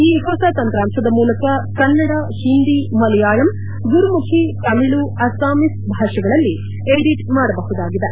ಈ ಹೊಸ ತಂತ್ರಾಂಶದ ಮೂಲಕ ಕನ್ನಡ ಹಿಂದಿ ಮಲಯಾಳಂ ಗುರ್ಮುಖಿ ತಮಿಳು ತಮಿಳು ಅಸ್ವಾಮೀಸ್ ಭಾಷೆಗಳಲ್ಲಿ ಎಡಿಟ್ ಮಾಡಬಹುದಾಗಿದೆ